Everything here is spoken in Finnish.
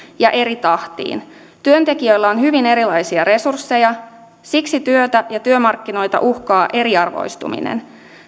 ja eri tahtiin työntekijöillä on hyvin erilaisia resursseja siksi työtä ja työmarkkinoita uhkaa eriarvoistuminen